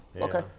Okay